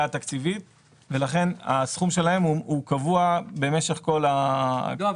התקציבית ולכן הסכום שלהם הוא קבוע במשך כל ה --- לא,